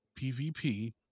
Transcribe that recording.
PvP